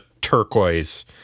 turquoise